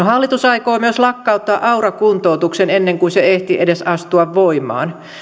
hallitus aikoo myös lakkauttaa aura kuntoutuksen ennen kuin se ehti edes astua voimaan